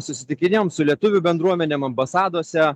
susitikinėjom su lietuvių bendruomenėm ambasadose